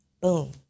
boom